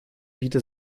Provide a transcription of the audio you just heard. wieder